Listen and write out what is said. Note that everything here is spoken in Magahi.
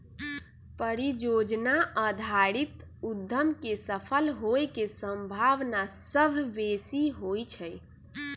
परिजोजना आधारित उद्यम के सफल होय के संभावना सभ बेशी होइ छइ